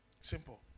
Simple